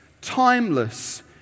timeless